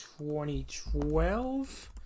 2012